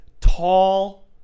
tall